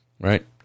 right